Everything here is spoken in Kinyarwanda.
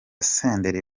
senderi